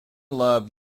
love